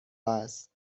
است